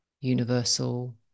universal